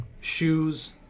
Shoes